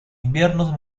inviernos